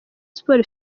sports